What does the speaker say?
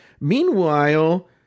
Meanwhile